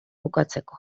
bukatzeko